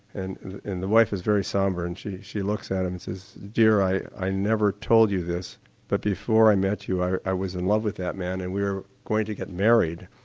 and the wife is very sombre and she she looks at him and says, dear, i i never told you this but before i met you i i was in love with that man and we were going to get married.